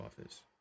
office